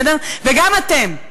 וגם אתם.